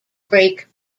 break